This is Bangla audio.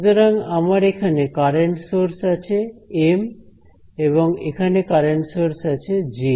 সুতরাং আমার এখানে কারেন্ট সোর্স আছে এম এবং এখানে কারেন্ট সোর্স আছে জে